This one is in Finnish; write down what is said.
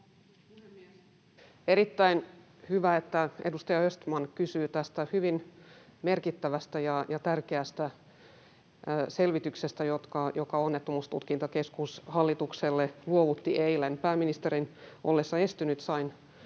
Erittäin hyvä, että edustaja Östman kysyi tästä hyvin merkittävästä ja tärkeästä selvityksestä, jonka Onnettomuustutkintakeskus luovutti eilen hallitukselle. Pääministerin ollessa estynyt sain